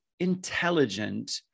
intelligent